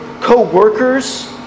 co-workers